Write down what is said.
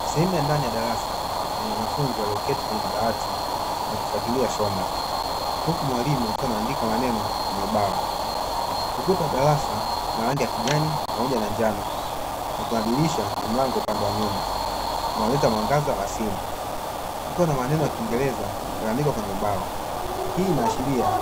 Sehemu ya ndani ya darasa yenye wanafunzi walioketi kwenye madawati wakifuatilia somo, huku mwalimu akiwa anaandika maneno kwenye ubao. Ukuta wa darasa una rangi ya kijani, pamoja na njano, na kuna dirisha na mlango upande wa nyuma, unaoleta mwangaza wa asili, kukiwa na maneno ya kingereza yaliyoandikwa kwenye ubao. hii inaashiria